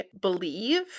believe